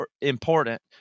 important